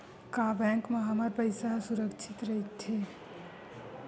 का बैंक म हमर पईसा ह सुरक्षित राइथे?